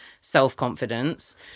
self-confidence